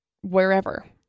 wherever